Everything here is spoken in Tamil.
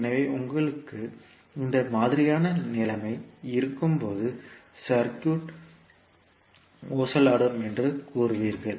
எனவே உங்களுக்கு இந்த மாதிரியான நிலைமை இருக்கும்போது சர்க்யூட் சுற்று ஊசலாடும் என்று கூறுவீர்கள்